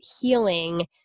healing